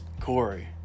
Corey